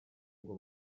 ngo